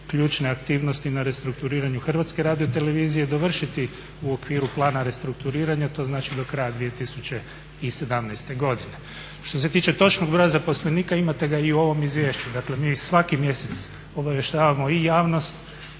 Hrvatske radiotelevizije dovršiti u okviru plana restrukturiranja a to znači do kraja 2017. godine. Što se tiče točnog broja zaposlenika, imate ga i u ovom izvješću, dakle mi svaki mjesec obavještavamo i javnost